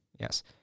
Yes